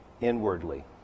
inwardly